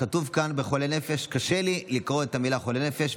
כתוב כאן "בחולי נפש"; קשה לי לקרוא את המילים "חולי נפש",